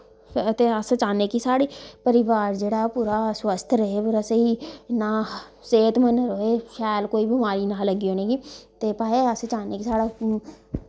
ते अस चाह्न्नै कि साढ़े परिवार जेह्ड़ा ए पूरा स्वस्थ रवै पूरा स्हेई इ'यां सेह्तमंद रवै शैल कोई बमारी ना लग्गे उनेंई ते भाई अस चाह्न्ने कि साढ़ा